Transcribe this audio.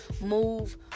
move